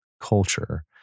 culture